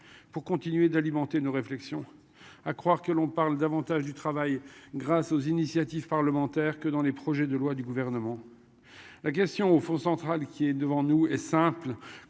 Pour continuer d'alimenter nos réflexions. À croire que l'on parle davantage du travail, grâce aux initiatives parlementaires que dans les projets de loi du gouvernement. La question au fond central qui est devant nous et simple.